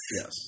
Yes